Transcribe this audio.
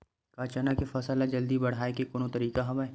का चना के फसल ल जल्दी बढ़ाये के कोनो तरीका हवय?